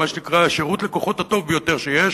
שירות הלקוחות הטוב ביותר שיש,